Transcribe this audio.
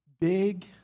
Big